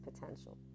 potential